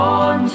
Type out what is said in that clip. on